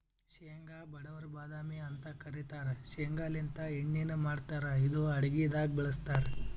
ಶೇಂಗಾ ಬಡವರ್ ಬಾದಾಮಿ ಅಂತ್ ಕರಿತಾರ್ ಶೇಂಗಾಲಿಂತ್ ಎಣ್ಣಿನು ಮಾಡ್ತಾರ್ ಇದು ಅಡಗಿದಾಗ್ ಬಳಸ್ತಾರ್